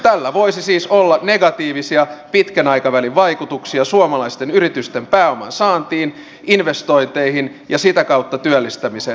tällä voisi siis olla negatiivisia pitkän aikavälin vaikutuksia suomalaisten yritysten pääoman saantiin investointeihin ja sitä kautta työllistämiseen